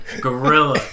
Gorilla